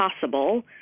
possible